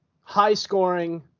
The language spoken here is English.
high-scoring